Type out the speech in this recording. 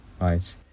right